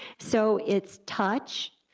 so it's touch,